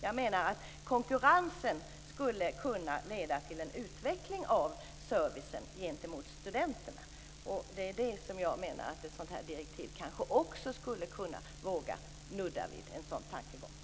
Jag menar att konkurrensen skulle kunna leda till en utveckling av servicen gentemot studenterna. Jag menar också att ett sådant här direktiv även skulle kunna nudda vid en sådan tankegång.